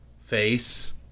face